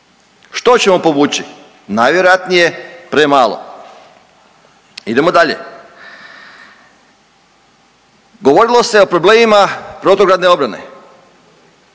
Što ćemo povući? Najvjerojatnije premalo. Idemo dalje, govorilo se o problemima protugradne obrane.